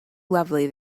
lovely